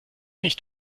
nicht